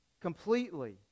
completely